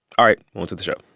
all right, on to the show